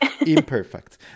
imperfect